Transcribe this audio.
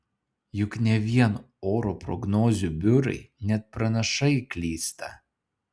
juk ne vien oro prognozių biurai net pranašai klysta